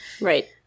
Right